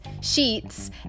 sheets